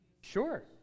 Sure